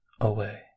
away